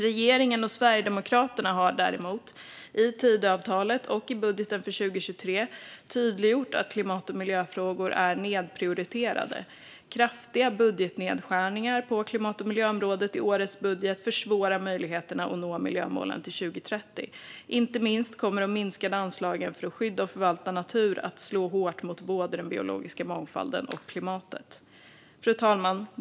Regeringen och Sverigedemokraterna har däremot i Tidöavtalet och i budgeten för 2023 tydliggjort att klimat och miljöfrågor är nedprioriterade. Kraftiga budgetnedskärningar på klimat och miljöområdet i årets budget försvårar möjligheterna att nå miljömålen till 2030. Inte minst kommer de minskade anslagen för att skydda och förvalta natur att slå hårt mot både den biologiska mångfalden och klimatet. Fru talman!